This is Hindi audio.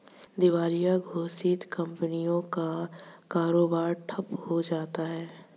दिवालिया घोषित कंपनियों का कारोबार ठप्प हो जाता है